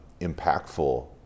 impactful